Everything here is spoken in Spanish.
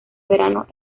verano